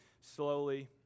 slowly